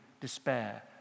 despair